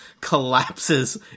collapses